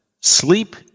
sleep